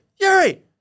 Yuri